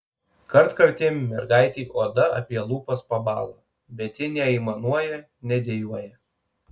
kartkartėm mergaitei oda apie lūpas pabąla bet ji neaimanuoja nedejuoja